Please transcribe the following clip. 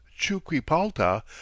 Chuquipalta